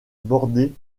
bordée